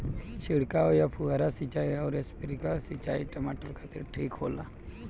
छिड़काव या फुहारा सिंचाई आउर स्प्रिंकलर सिंचाई टमाटर खातिर ठीक होला?